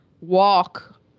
walk